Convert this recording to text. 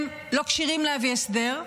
הם לא כשירים להביא הסדר,